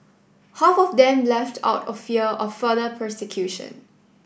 half of them left out of fear of further persecution